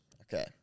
Okay